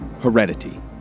heredity